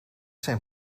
zijn